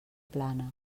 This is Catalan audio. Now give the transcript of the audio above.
plana